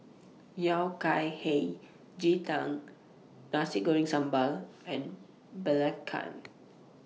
Yao Cai Hei Ji Tang Nasi Goreng Sambal and Belacan